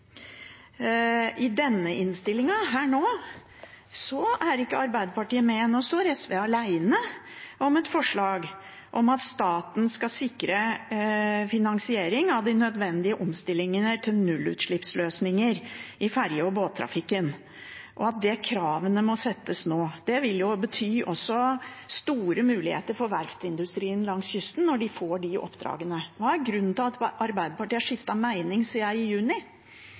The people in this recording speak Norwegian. er ikke Arbeiderpartiet med. Nå står SV alene om et forslag om at staten skal sikre finansiering av de nødvendige omstillingene til nullutslippsløsninger i ferje- og båttrafikken, og at kravene må settes nå. Det vil også bety store muligheter for verftsindustrien langs kysten når de får de oppdragene. Hva er grunnen til at Arbeiderpartiet har skiftet mening siden juni? Nå er jeg ikke enig i